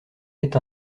est